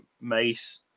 mace